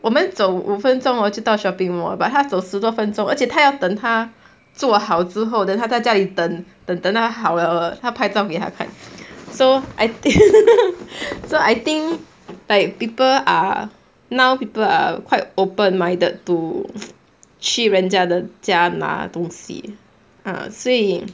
我们走五分钟 hor 就到 shopping mall liao but 他走十多分钟而且他要等他做好之后 then 他在家里等等到他好了了他拍照给他看 so I so I think like people are now people are quite open minded to 去人家的家拿东西 ah 所以